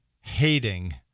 hating